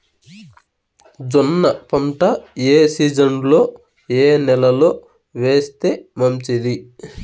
జొన్న పంట ఏ సీజన్లో, ఏ నెల లో వేస్తే మంచిది?